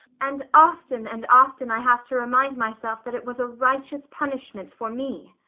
and often and often i have to remind myself that it was a righteous punishment for me